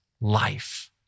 life